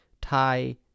Thai